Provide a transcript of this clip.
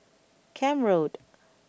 Camp Road